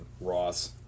Ross